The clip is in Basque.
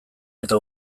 eta